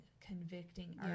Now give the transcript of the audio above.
convicting